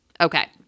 Okay